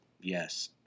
Yes